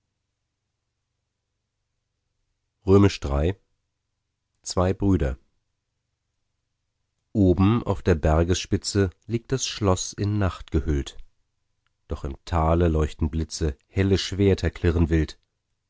iii zwei brüder oben auf der bergesspitze liegt das schloß in nacht gehüllt doch im tale leuchten blitze helle schwerter klirren wild